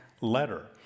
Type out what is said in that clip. letter